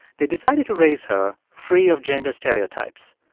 they decided to raise her free of gender stereotypes.